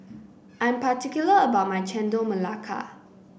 I am particular about my Chendol Melaka